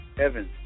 Evans